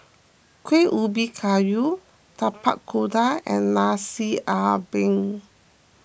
Kueh Ubi Kayu Tapak Kuda and Nasi Ambeng